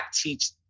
teach